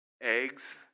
Eggs